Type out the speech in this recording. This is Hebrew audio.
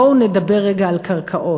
בואו נדבר רגע על קרקעות.